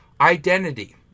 identity